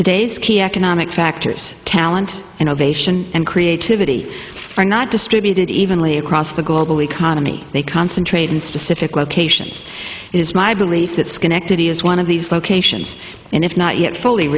today's key economic factors talent innovation and creativity are not distributed evenly across the global economy they concentrate in specific locations it is my belief that schenectady is one of these locations and if not yet fully